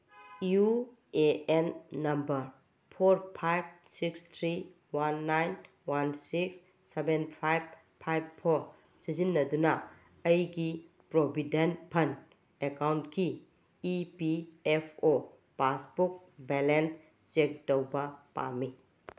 U A N number four five six three one nine one six seven five five four ꯁꯤꯖꯤꯟꯅꯗꯨꯅ ꯑꯩꯒꯤ provident fund ꯑꯦꯀꯥꯎꯟꯒꯤ E P F O passbook balance check ꯇꯧꯕ ꯄꯥꯝꯃꯤ